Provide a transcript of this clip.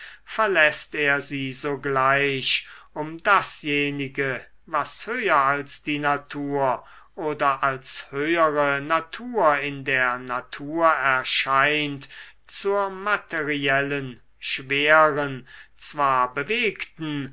verläßt er sie sogleich um dasjenige was höher als die natur oder als höhere natur in der natur erscheint zur materiellen schweren zwar bewegten